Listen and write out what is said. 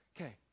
Okay